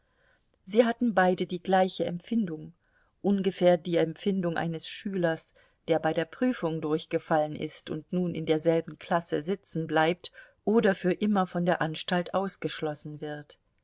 sie hatten beide die gleiche empfindung ungefähr die empfindung eines schülers der bei der prüfung durchgefallen ist und nun in derselben klasse sitzenbleibt öder für immer von der anstalt ausgeschlossen wird